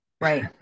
Right